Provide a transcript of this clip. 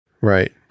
Right